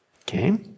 Okay